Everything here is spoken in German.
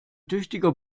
tüchtiger